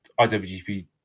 iwgp